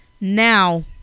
Now